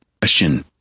Question